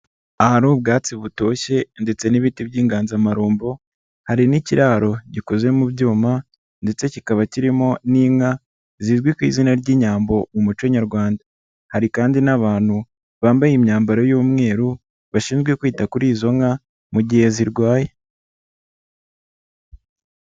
Ahari ubwatsi butoshye ndetse n'ibiti by'inganzamarumbo hari n'ikiraro gikoze mu byuma ndetse kikaba kirimo n'inka zizwiw'i izina ry'inyambo mu muco nyarwanda, hari kandi n'abantu bambaye imyambaro y'umweru bashinzwe kwita kuri izo nka mu gihe zirwaye.